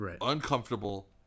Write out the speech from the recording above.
Uncomfortable